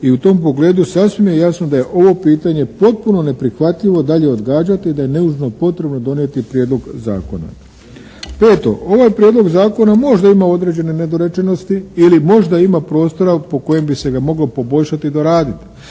i u tom pogledu sasvim je jasno da je ovo pitanje potpuno neprihvatljivo dalje odgađati i da je nužno potrebno donijeti prijedlog zakona. Peto, ovaj prijedlog zakona možda ima određene nedorečenosti ili možda ima prostora po kojem bi se ga moglo poboljšati i doraditi.